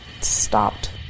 stopped